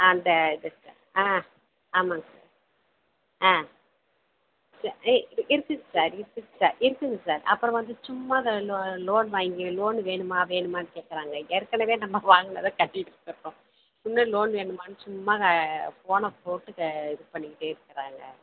ஆ அந்த இதுக்கு ஆ ஆமாங்க ஆ இருக்குது சார் இருக்குங்க சார் இருக்குங்க சார் அப்புறம் வந்து சும்மா இந்த லோ லோன் வாங்கி லோனு வேணுமா வேணுமான்னு கேட்குறாங்களே ஏற்கனவே நம்ம வாங்கினத கட்டிகிட்டு இருக்கிறோம் இன்னும் லோன் வேணுமான்னு சும்மா ஃபோனை போட்டு க இது பண்ணிக்கிட்டே இருக்கிறாங்க